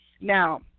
Now